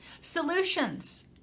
solutions